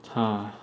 !huh!